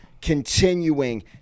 continuing